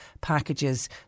packages